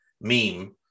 meme